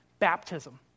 Baptism